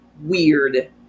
weird